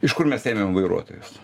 iš kur mes ėmėm vairuotojus